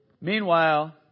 Meanwhile